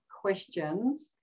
questions